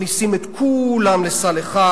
מכניסים את כולם לסל אחד,